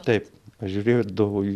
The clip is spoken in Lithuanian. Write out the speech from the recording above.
taip aš žiūrėdavau į